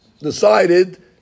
decided